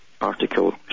article